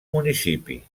municipi